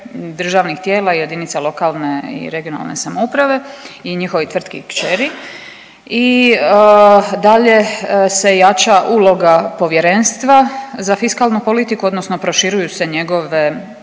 državnih tijela i JLRS i njihovih tvrtki kćeri i dalje se jača uloga povjerenstva za fiskalnu politiku odnosno proširuju se njegove,